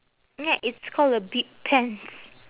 it's call a big pants